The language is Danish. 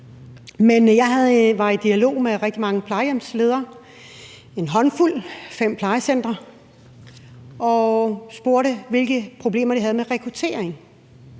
har været i dialog med rigtig mange plejehjemsledere – en håndfuld, fem plejecentre – og spurgt, hvilke problemer de havde med rekruttering.